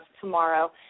tomorrow